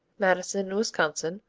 madison in wisconsin,